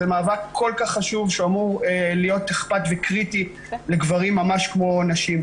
זה מאבק כל כך חשוב שהוא אמור להיות אכפת וקריטי לגברים ממש כמו נשים.